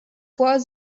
was